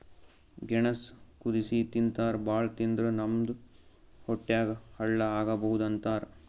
ಗೆಣಸ್ ಕುದಸಿ ತಿಂತಾರ್ ಭಾಳ್ ತಿಂದ್ರ್ ನಮ್ ಹೊಟ್ಯಾಗ್ ಹಳ್ಳಾ ಆಗಬಹುದ್ ಅಂತಾರ್